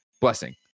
Blessing